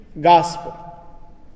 gospel